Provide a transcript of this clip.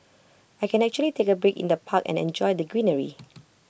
I can actually take A break in the park and enjoy the greenery